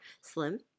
Slim